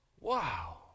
Wow